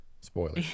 Spoiler